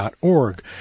org